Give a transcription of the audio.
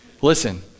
Listen